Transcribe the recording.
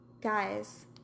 Guys